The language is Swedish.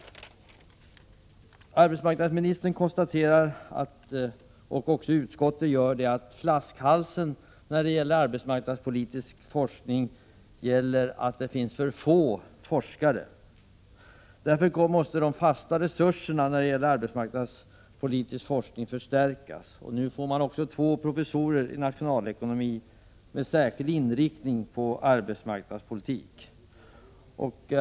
Arbetsmarknadsministern och också utskottet konstaterar att flaskhalsen när det gäller arbetsmarknadspolitisk forskning är den att det finns för få forskare. Därför måste de fasta resurserna när det gäller arbetsmarknadspolitisk forskning förstärkas. Nu kommer också att tillsättas två professorer i nationalekonomi med särskild inriktning på arbetsmarknadspolitik.